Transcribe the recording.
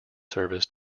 service